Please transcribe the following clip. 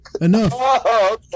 enough